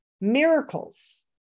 miracles